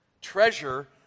Treasure